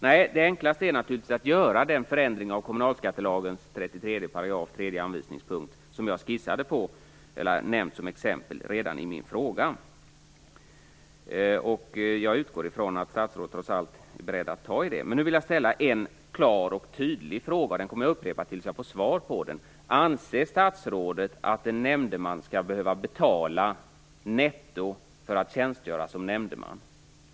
Det enklaste är naturligtvis att göra den förändring av 33 § tredje anvisningspunkten i kommunalskattelagen som jag nämnde redan i min fråga. Jag utgår ifrån att statsrådet trots allt är beredd att ta tag i det. Nu vill jag ställa en klar och tydlig fråga, och den kommer jag att upprepa tills jag får svar på den. Anser statsrådet att en nämndeman skall behöva betala netto för att tjänstgöra som nämndeman?